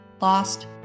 Lost